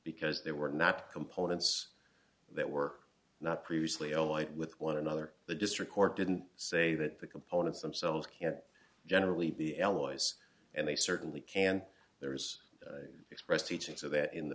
because they were not components that work not previously all white with one another the district court didn't say that the components themselves can't generally be l o s and they certainly can there's expressed teaching so that in the